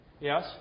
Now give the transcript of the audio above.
Yes